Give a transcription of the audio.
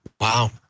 Wow